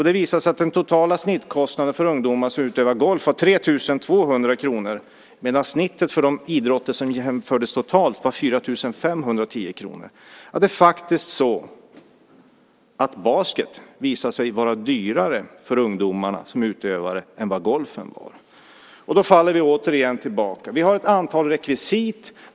Det visade sig att den totala snittkostnaden för ungdomar som utövar golf var 3 200 kr medan snittet för de idrotter som jämfördes totalt var 4 510 kr. Det är faktiskt så att basket visade sig vara dyrare för ungdomarna som utövare än vad golfen var. Då faller vi återigen tillbaka till detta: Vi har ett antal rekvisit.